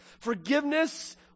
Forgiveness